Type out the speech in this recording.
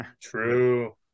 True